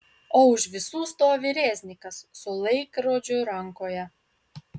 o už visų stovi reznikas su laikrodžiu rankoje